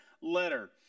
letter